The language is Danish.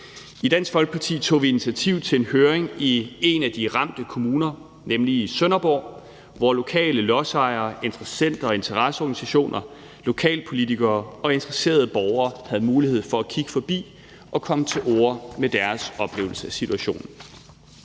I Dansk Folkeparti tog vi initiativ til en høring i en af de ramte kommuner, nemlig i Sønderborg, hvor lokale lodsejere, interessenter og interesseorganisationer, lokalpolitikere og interesserede borgere havde mulighed for at kigge forbi og komme til orde med deres oplevelse af situationen.